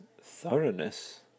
thoroughness